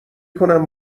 کنم